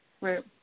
right